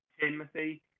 Timothy